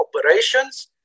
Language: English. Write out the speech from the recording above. operations